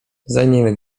zajmiemy